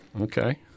Okay